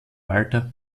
walter